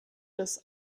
das